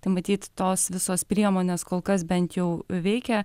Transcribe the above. tai matyt tos visos priemonės kol kas bent jau veikia